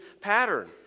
pattern